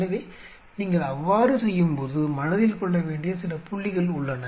எனவே நீங்கள் அவ்வாறு செய்யும்போது மனதில் கொள்ள வேண்டிய சில புள்ளிகள் உள்ளன